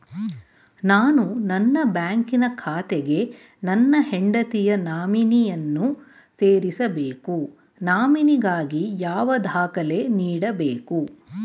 ನಾನು ನನ್ನ ಬ್ಯಾಂಕಿನ ಖಾತೆಗೆ ನನ್ನ ಹೆಂಡತಿಯ ನಾಮಿನಿಯನ್ನು ಸೇರಿಸಬೇಕು ನಾಮಿನಿಗಾಗಿ ಯಾವ ದಾಖಲೆ ನೀಡಬೇಕು?